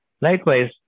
Likewise